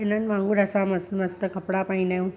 इन्हनि वांगुर असां मस्तु मस्तु कपिड़ा पाईंदा आहियूं